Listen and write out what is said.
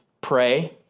pray